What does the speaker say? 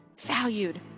valued